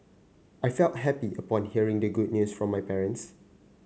I felt happy upon hearing the good news from my parents